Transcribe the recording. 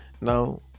now